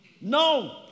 no